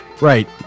Right